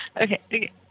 Okay